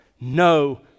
no